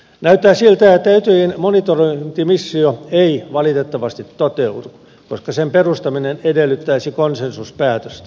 näyttää siltä että etyjin monitorointimissio ei valitettavasti toteudu koska sen perustaminen edellyttäisi konsensuspäätöstä